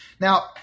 Now